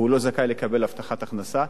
לא זכאי לקבל הבטחת הכנסה.